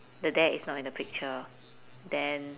the dad is not in the picture then